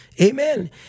Amen